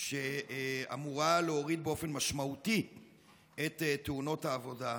שאמורה להוריד באופן משמעותי את תאונות העבודה.